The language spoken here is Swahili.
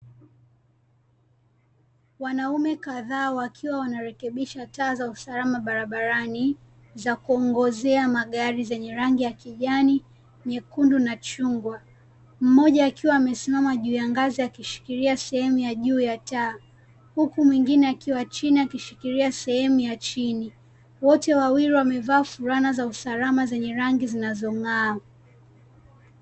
Wanaume kadhaa wakiwa wanarekebisha taa za usalama wa barabarani, zakuongozea magari zenye rangi ya kijani, nyekundu na chungwa, mmoja akiwa amesimama juu ya ngazi akishikilia sehemu ya juu ya taa huku mwingine akiwa chini akishikilia sehemu ya chini. Wote wawili wamevaa fulana za usalama zenye rangi zinazong'aa.